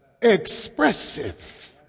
expressive